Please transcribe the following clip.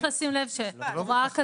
צריך לשים לב שהוראה כזאת,